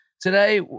Today